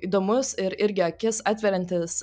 įdomus ir irgi akis atveriantis